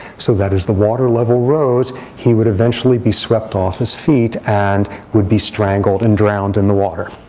so that as the water level rose, he would eventually be swept off his feet and would be strangled and drowned in the water.